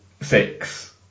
six